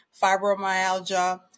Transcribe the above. fibromyalgia